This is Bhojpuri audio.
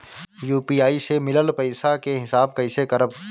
यू.पी.आई से मिलल पईसा के हिसाब कइसे करब?